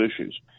issues